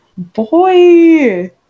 boy